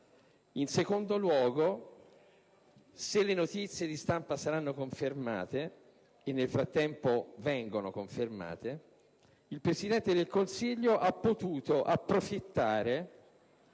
In secondo luogo, se le notizie di stampa saranno confermate, come sta avvenendo, il Presidente del Consiglio ha potuto approfittare